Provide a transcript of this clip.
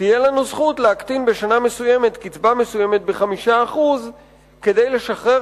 תהיה לנו זכות להקטין בשנה מסוימת קצבה מסוימת ב-5% כדי לשחרר